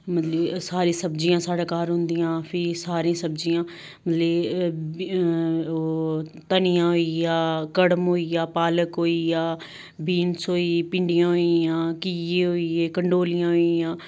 मतलब कि सारियां सब्जियां साढ़े घर होंदिया फ्ही सारी सब्जियां मतलब कि ओह् धनियां होई गेआ कड़म होई गेआ पालक होई गेआ बीन्स होई गेई भिंडिया होई गेइयां घिये होई गे कंडोलियां होई गेइयां